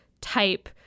type